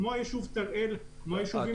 כמו הישוב טל-אל וכמו הישובים הבדואים בנגב.